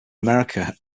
america